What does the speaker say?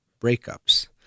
breakups